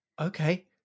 Okay